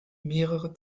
mehrere